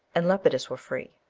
and lepidus were free,